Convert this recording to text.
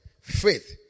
faith